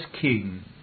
king